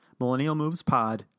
millennialmovespod